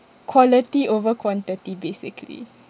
quality over quantity basically